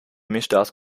misdaad